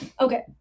okay